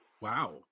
Wow